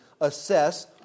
assess